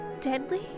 Deadly